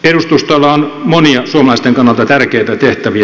edustustoilla on monia suomalaisten kannalta tärkeitä tehtäviä